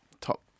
top